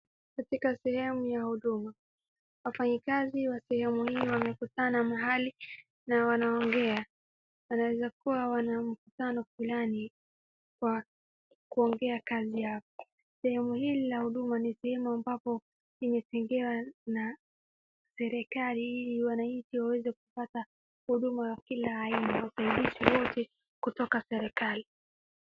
Katika sehemu ya Huduma. Wafanyikazi wa sehemu hii wamekutana mahali na wanaongea. Wanaeza kuwa wana mkutano fulani wa kuongea kazi yao. Sehemi hili la Huduma ni sehemu ambapo limezingiwa na serikali ili wanachi waweze kupata huduma ya kila aina, wafaidike wote kutoka serikali.